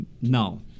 No